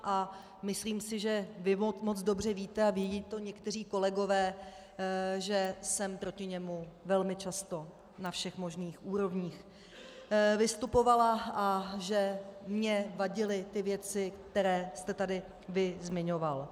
A myslím si, že vy moc dobře víte a vědí to i někteří kolegové, že jsem proti němu velmi často na všech možných úrovních vystupovala a že mi vadily ty věci, které jste tady vy zmiňoval.